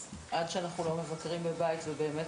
אז עד שאנחנו לא מבקרים בבית ובאמת